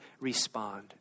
respond